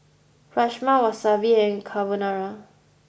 Rajma Wasabi and Carbonara